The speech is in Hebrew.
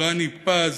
רני פז,